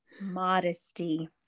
modesty